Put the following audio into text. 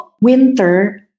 winter